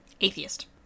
Atheist